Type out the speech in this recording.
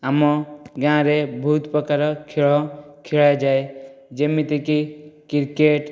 ଆମ ଗାଁରେ ବହୁତ୍ ପ୍ରକାର ଖେଳ ଖେଳାଯାଏ ଯେମିତିକି କ୍ରିକେଟ୍